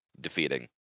defeating